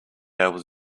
able